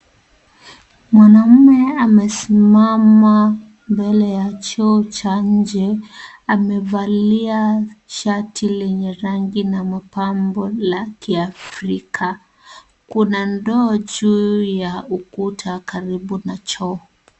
Mwanamume amesimama mbele ya choo cha nje, amevalia shati lenye rangi na mapambo ya kiafrika, kuna ndoo juu ya ukuta karibu na choo.